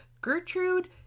Gertrude